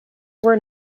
were